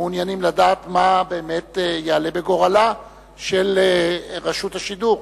מעוניינים לדעת מה יעלה בגורלה של רשות השידור,